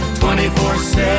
24-7